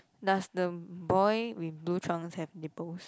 does the boy with blue trunks have nipples